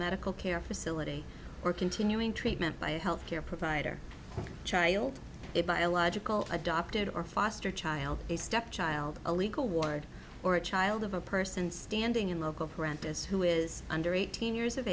medical care facility or continuing treatment by a health care provider child a biological adopted or foster child a step child a legal ward or a child of a person standing in local grant as who is under eighteen years of